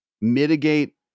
mitigate